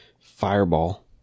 fireball